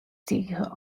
tige